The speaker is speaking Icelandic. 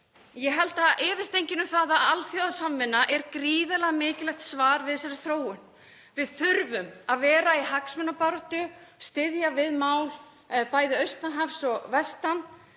Ég held að það efist enginn um það að alþjóðasamvinna er gríðarlega mikilvægt svar við þessari þróun. Við þurfum að vera í hagsmunabaráttu, styðja við mál bæði austan hafs og vestan,